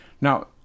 Now